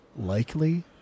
Likely